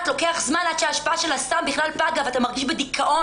לוקח זמן עד שההשפעה של הסם בכלל פגה ואתה מרגיש בדיכאון,